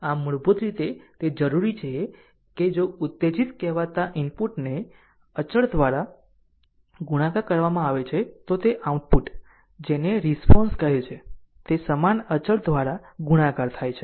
આમ મૂળભૂત રીતે તે જરૂરી છે કે જો ઉત્તેજીત કહેવાતા ઇનપુટને અચળ દ્વારા ગુણાકાર કરવામાં આવે છે તો તે આઉટપુટ જેને રીશ્પોન્શ કહે છે તે સમાન અચળ દ્વારા ગુણાકાર થાય છે